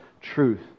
truth